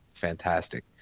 fantastic